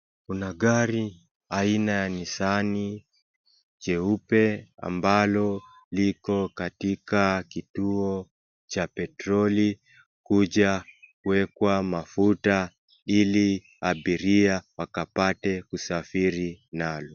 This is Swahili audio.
Kuna gari aina ya Nissan jeupe ambalo liko katika kituo cha petroli kuja kuwekwa mafuta ili abiria wakapate kusafiri nalo.